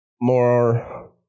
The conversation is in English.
more